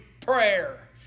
prayer